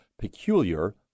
Peculiar